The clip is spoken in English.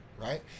Right